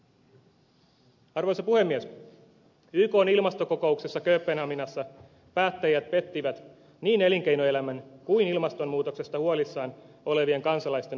ykn ilmastokokouksessa kööpenhaminassa päättäjät pettivät niin elinkeinoelämän kuin ilmastonmuutoksesta huolissaan olevien kansalaisten odotukset